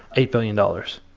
eight billion dollars.